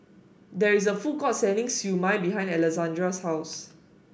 there is a food court selling Siew Mai behind Alessandra's house